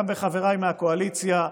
גם בחבריי מהקואליציה: